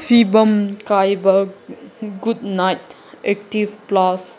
ꯐꯤꯕꯝ ꯀꯥꯏꯕ Good Knight active plus